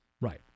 Right